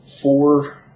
four